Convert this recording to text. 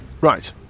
right